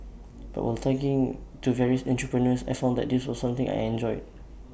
but while talking to various entrepreneurs I found that this was something I enjoyed